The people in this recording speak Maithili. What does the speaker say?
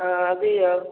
हँ दिऔ